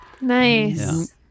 Nice